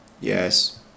Yes